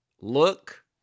Look